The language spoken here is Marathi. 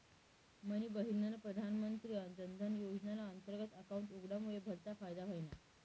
मनी बहिनना प्रधानमंत्री जनधन योजनाना अंतर्गत अकाउंट उघडामुये भलता फायदा व्हयना